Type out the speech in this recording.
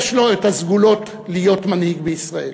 יש לו את הסגולות להיות מנהיג בישראל.